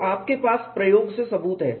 तो आपके पास प्रयोग से सबूत है